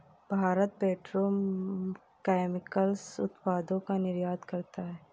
Bharat petrochemicals उत्पादों का निर्यात करता है